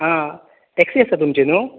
आं टॅक्सी आसा तुमची न्हय